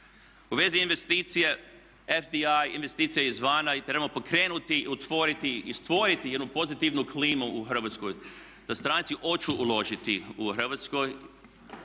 U vezi investicije, FDI, investicije izvana i trebamo pokrenuti, otvoriti i stvoriti jednu pozitivnu klimu u Hrvatskoj, da stranci hoće uložiti u Hrvatskoj.